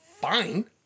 fine